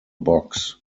box